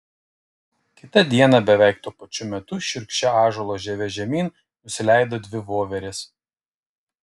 kitą dieną beveik tuo pačiu metu šiurkščia ąžuolo žieve žemyn nusileido dvi voverės